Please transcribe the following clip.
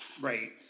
Right